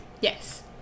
Yes